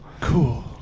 cool